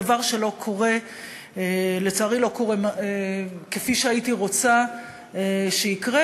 דבר שלצערי לא קורה כפי שהייתי רוצה שיקרה,